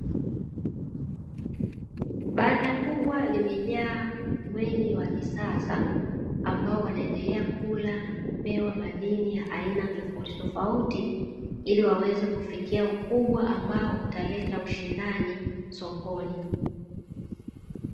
Banda kubwa limejaa kuku wengi wa kisasa ambao wanaendelea kula na kupewa madini ya aina tofautitofauti, ili waweze kufikia ukubwa ambao utaleta ushindani sokoni.